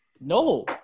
no